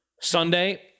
Sunday